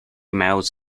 miles